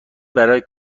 برای